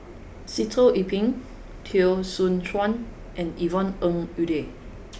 Sitoh Yih Pin Teo Soon Chuan and Yvonne Ng Uhde